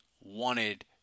wanted